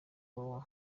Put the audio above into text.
www